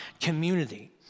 community